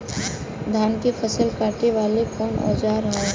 धान के फसल कांटे वाला कवन औजार ह?